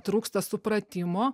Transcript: trūksta supratimo